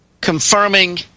confirming